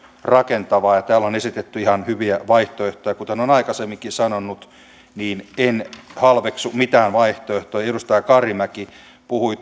rakentavaa ja täällä on esitetty ihan hyviä vaihtoehtoja kuten olen aikaisemminkin sanonut en halveksu mitään vaihtoehtoja edustaja karimäki puhui